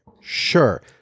Sure